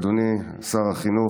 אדוני שר החינוך,